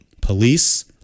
Police